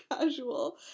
casual